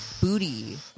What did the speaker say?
booty